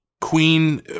queen